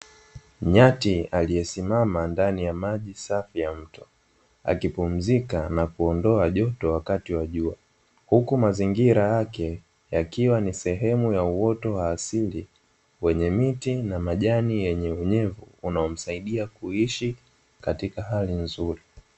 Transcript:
Nyati aliyesimama ndani ya maji safi ya mto akipumzika na kuondoa joto, wakati wa jua huku mazingira yake yakiwa ni sehemu ya uoto wa asili wenye miti na majani yenye unyevu unaomsaidia kuishi katika hali nzuri.